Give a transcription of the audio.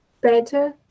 better